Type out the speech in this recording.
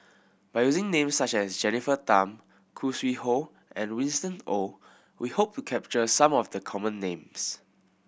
by using names such as Jennifer Tham Khoo Sui Hoe and Winston Oh we hope to capture some of the common names